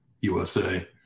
USA